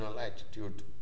attitude